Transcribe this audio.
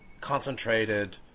concentrated